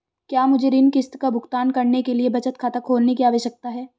क्या मुझे ऋण किश्त का भुगतान करने के लिए बचत खाता खोलने की आवश्यकता है?